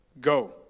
go